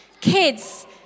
Kids